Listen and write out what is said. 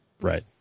Right